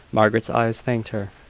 margaret's eyes thanked her.